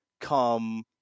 come